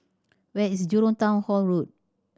where is Jurong Town Hall Road